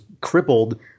crippled